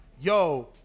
yo